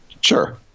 sure